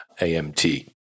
AMT